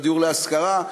הדיור להשכרה.